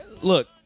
Look